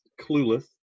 Clueless